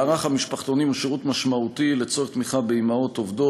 מערך המשפחתונים הוא שירות משמעותי לצורך תמיכה באימהות עובדות,